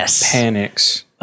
panics